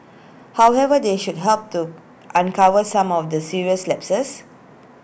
however they should help to uncover some of the serious lapses